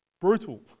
brutal